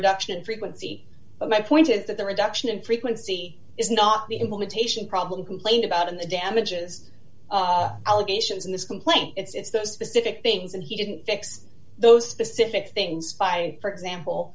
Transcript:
reduction in frequency but my point is that the reduction in frequency is not the implementation problem complained about in the damages allegations in this complaint it's those specific things and he didn't fix those specific things find for example